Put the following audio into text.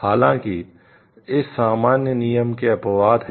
हालाँकि इस सामान्य नियम के अपवाद हैं